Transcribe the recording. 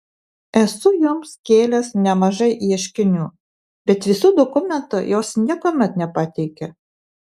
esu joms kėlęs nemažai ieškinių bet visų dokumentų jos niekuomet nepateikia